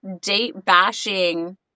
date-bashing